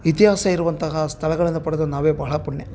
ಇತಿಹಾಸ ಇರುವಂತಹ ಸ್ಥಳಗಳನ್ನ ಪಡೆದು ನಾವೇ ಬಹಳ ಪುಣ್ಯ